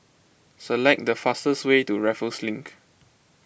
select the fastest way to Raffles Link